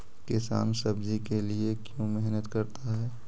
किसान सब्जी के लिए क्यों मेहनत करता है?